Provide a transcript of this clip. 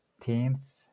teams